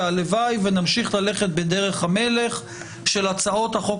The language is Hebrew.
והלוואי ונמשיך ללכת בדרך המלך של הצעות החוק